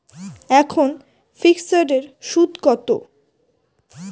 এখন ফিকসড এর সুদ কত?